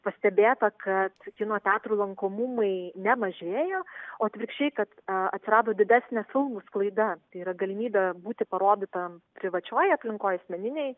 pastebėta kad kino teatrų lankomumai nemažėja o atvirkščiai kad atsirado didesnė filmų sklaida tai yra galimybė būti parodytam privačioj aplinkoj asmeninėj